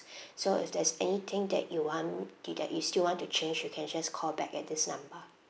so if there's anything that you want ti~ that you still want to change you can just call back at this number